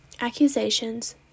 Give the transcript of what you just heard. accusations